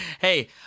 Hey